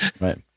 Right